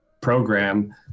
program